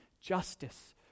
justice